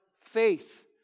faith